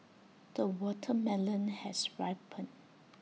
the watermelon has ripened